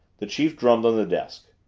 the chief drummed on the desk.